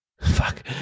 Fuck